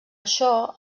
això